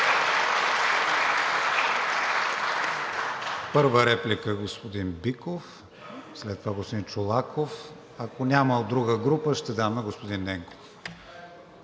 Първа реплика – господин Биков, а след това е господин Чолаков. Ако няма от друга група, ще дам на господин Ненков.